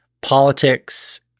politics